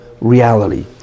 reality